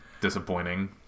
disappointing